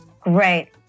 Great